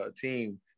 team